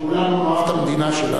ושכולנו נאהב את המדינה שלנו.